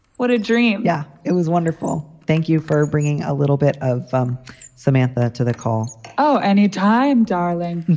what a dream yeah, it was wonderful. thank you for bringing a little bit of um samantha to the call oh, anytime, darling